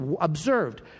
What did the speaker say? observed